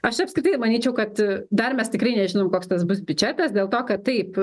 aš apskritai manyčiau kad dar mes tikrai nežinom koks tas bus biudžetas dėl to kad taip